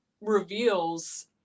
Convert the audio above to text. reveals